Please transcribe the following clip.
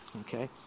Okay